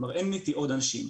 אין איתי עוד אנשים.